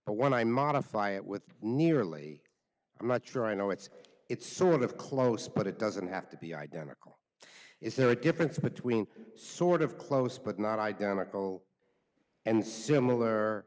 but when i modify it with nearly i'm not sure i know it's it's sort of close but it doesn't have to be identical is there a difference between sort of close but not identical and similar